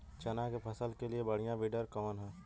चना के फसल के लिए बढ़ियां विडर कवन ह?